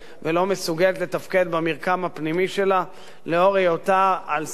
ולא מסוגלת לתפקד במרקם הפנימי שלה לנוכח היותה בסימן